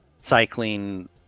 cycling